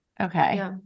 Okay